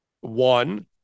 one